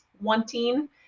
wanting